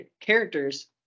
Characters